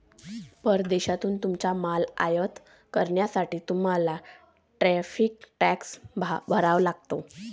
परदेशातून तुमचा माल आयात करण्यासाठी तुम्हाला टॅरिफ टॅक्स भरावा लागतो